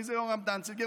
מי זה יורם דנציגר?